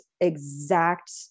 exact